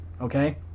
Okay